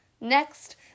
Next